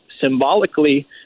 symbolically